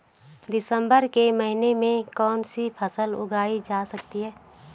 दिसम्बर के महीने में कौन सी फसल उगाई जा सकती है?